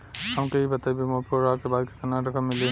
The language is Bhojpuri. हमके ई बताईं बीमा पुरला के बाद केतना रकम मिली?